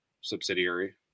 subsidiary